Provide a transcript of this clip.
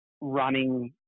running